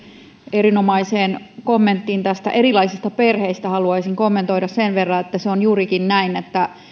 erinomaiseen kommenttiin erilaisista perheistä haluaisin kommentoida sen verran että se on juurikin näin että